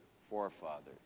forefathers